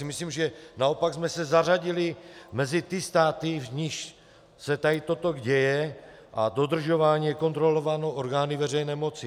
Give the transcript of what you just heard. Myslím si naopak, že jsme se zařadili mezi ty státy, v nichž se tady toto děje a dodržování je kontrolováno orgány veřejné moci.